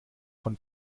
von